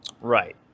right